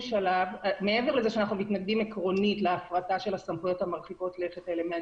מעבר לזה שאנחנו מתנגדים עקרונית להפרטה של הסמכויות מרחיקות הלכת האלה.